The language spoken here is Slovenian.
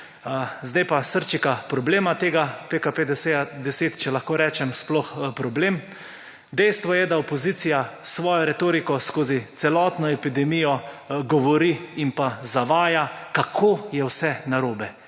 Zdaj pa srčika problema tega PKP10, če lahko rečem sploh problem. Dejstvo je, da opozicija svojo retoriko svojo celotno epidemijo govori in pa zavaja, kako je vse narobe,